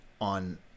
on